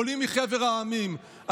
עולים מחבר המדינות,